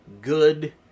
good